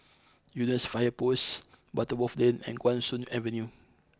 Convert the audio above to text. Eunos Fire Post Butterworth Lane and Guan Soon Avenue